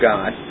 God